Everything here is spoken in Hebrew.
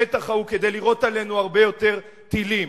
השטח ההוא כדי לירות עלינו הרבה יותר טילים.